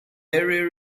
area